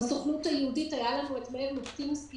בסוכנות היהודית היה לנו את מאיר לופטינסקי,